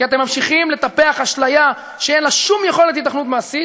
כי אתם ממשיכים לטפח אשליה שאין לה שום יכולת היתכנות מעשית,